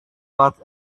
part